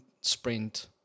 sprint